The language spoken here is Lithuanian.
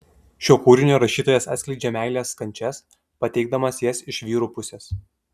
šiuo kūriniu rašytojas atskleidžia meilės kančias pateikdamas jas iš vyrų pusės